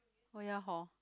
oh ya hor